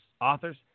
authors